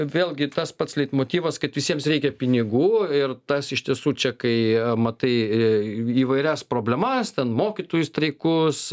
vėlgi tas pats leitmotyvas kad visiems reikia pinigų ir tas iš tiesų čia kai matai į įvairias problemas ten mokytojų streikus